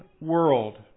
world